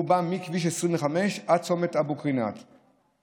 שהוא בא מכביש 25 עד צומת אבו קרינאת,